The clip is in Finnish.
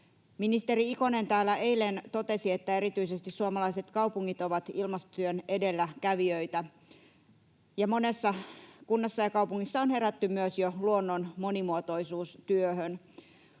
Ministeri Ikonen täällä eilen totesi, että erityisesti suomalaiset kaupungit ovat ilmastotyön edelläkävijöitä, ja monessa kunnassa ja kaupungissa on herätty myös jo luonnon monimuotoisuustyöhön.